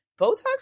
Botox